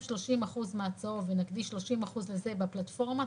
30% מהצהוב ונקדיש 30% לזה בפלטפורמה,